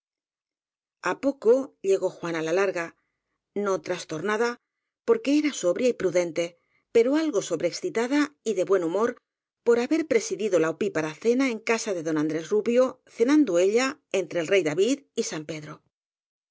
fiesta poco llegó juana la larga no trastornada porque era sobria y prudente pero algo sobre excitada y de buen humor por haber presidido la opípara cena en casa de don andrés rubio cenan do ella entre el rey david y san pedro